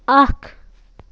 اَکھ